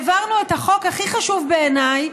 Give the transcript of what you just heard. העברנו את החוק הכי חשוב בעיניי,